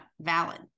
valid